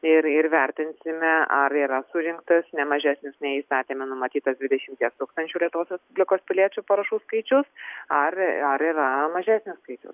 ir ir vertinsime ar yra surinktas ne mažesnis nei įstatyme numatytas dvidešimties tūkstančių lietuvos respublikos piliečių parašų skaičius ar ar yra mažesnis skaičius